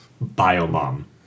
bio-mom